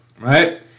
right